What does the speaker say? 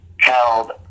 held